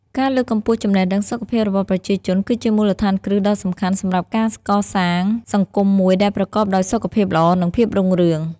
ការលើកកម្ពស់ចំណេះដឹងសុខភាពរបស់ប្រជាជនគឺជាមូលដ្ឋានគ្រឹះដ៏សំខាន់សម្រាប់ការកសាងសង្គមមួយដែលប្រកបដោយសុខភាពល្អ និងភាពរុងរឿង។